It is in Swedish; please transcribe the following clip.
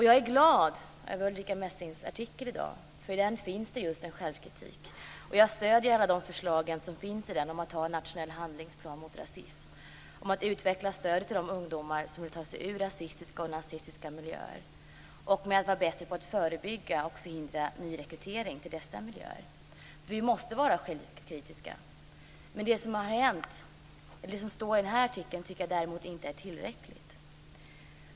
Jag är glad över Ulrica Messings artikel i dag, för här finns just en självkritik. Jag stöder alla de förslag som finns i artikeln om att anta en nationell handlingsplan mot rasism, om att utveckla stödet till de ungdomar som vill ta sig ur rasistiska och nazistiska miljöer och om att vara bättre på att förebygga och förhindra nyrekrytering till dessa miljöer. Vi måste vara självkritiska. Men det som står i artikeln är inte tillräckligt.